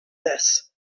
this